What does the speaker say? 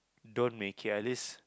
don't make it at least